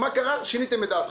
מה קרה ששיניתם את דעתכם?